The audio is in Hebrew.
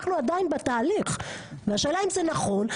אנחנו עדיין בתהליך, והשאלה האם זה נכון?